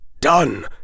done